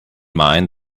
mind